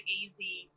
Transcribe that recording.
easy